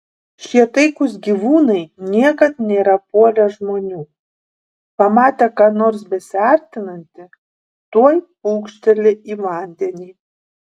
šie taikūs gyvūnai niekad nėra puolę žmonių pamatę ką nors besiartinantį tuoj pūkšteli į vandenį